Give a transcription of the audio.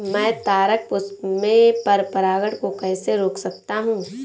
मैं तारक पुष्प में पर परागण को कैसे रोक सकता हूँ?